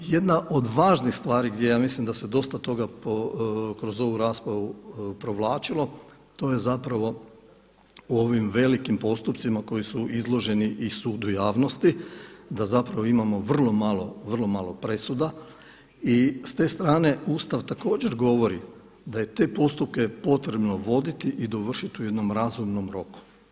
Jedna od važnih stvari gdje ja mislim da se dosta toga kroz ovu raspravu provlačilo, to je u ovim velikim postupcima koji su izloženi i sudu javnosti da imamo vrlo malo presuda i s te strane Ustav također govori da je te postupke potrebno voditi i dovršiti u jednom razumnom roku.